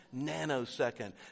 nanosecond